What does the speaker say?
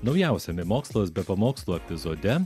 naujausiame mokslas be pamokslų epizode